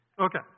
Okay